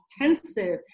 intensive